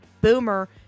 Boomer